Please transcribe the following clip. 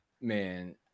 Man